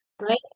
right